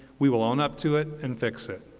we will own up to it and fix it.